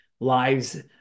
Lives